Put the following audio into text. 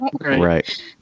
Right